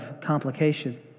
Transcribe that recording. complication